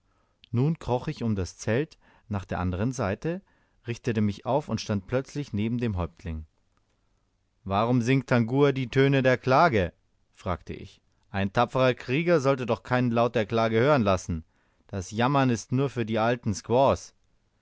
nun kroch ich um das zelt nach der andern seite richtete mich auf und stand plötzlich neben dem häuptling warum singt tangua die töne der klage fragte ich ein tapferer krieger soll doch keinen laut der klage hören lassen das jammern ist nur für die alten squaws